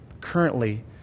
currently